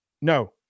No